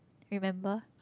remember